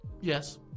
Yes